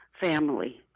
family